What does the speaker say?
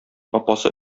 апасы